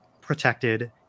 protected